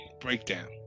breakdown